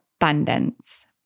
abundance